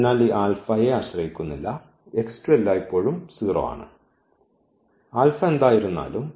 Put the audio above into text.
അതിനാൽ ഈ ആൽഫയെ ആശ്രയിക്കുന്നില്ല എല്ലായ്പ്പോഴും 0 ആണ് ആൽഫ എന്തായിരുന്നാലും